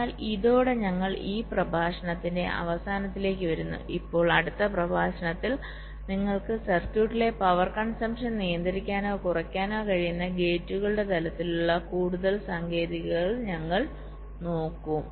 അതിനാൽ ഇതോടെ ഞങ്ങൾ ഈ പ്രഭാഷണത്തിന്റെ അവസാനത്തിലേക്ക് വരുന്നു ഇപ്പോൾ അടുത്ത പ്രഭാഷണത്തിൽ നിങ്ങൾക്ക് സർക്യൂട്ടിലെ പവർ കൺസംപ്ഷൻ നിയന്ത്രിക്കാനോ കുറയ്ക്കാനോ കഴിയുന്ന ഗേറ്റുകളുടെ തലത്തിലുള്ള കൂടുതൽ സാങ്കേതികതകൾ ഞങ്ങൾ നോക്കും